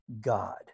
God